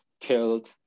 killed